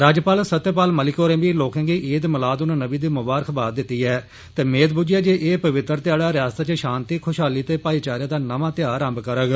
राज्यपाल सत्यपाल मलिक होरें बी लोकें गी ईद मिलाद उन नवी दी मुबारक दिती ऐ ते मेद बुज्झी ऐ जे एह् पवित्र ध्याड़ा रियासता च शांति खुशहाली ते भाईचारे दा नमा ध्याह् रम्म करौग